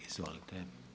Izvolite.